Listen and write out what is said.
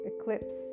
eclipse